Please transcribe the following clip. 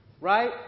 Right